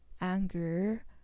Anger